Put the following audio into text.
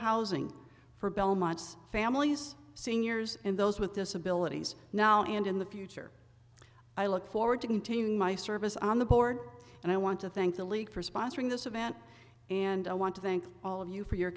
housing for belmont's families seniors and those with disabilities now and in the future i look forward to continuing my service on the board and i want to thank the league for sponsoring this event and i want to thank all of you for your